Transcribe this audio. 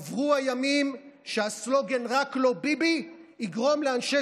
עברו הימים שהסלוגן "רק לא ביבי" יגרום לאנשי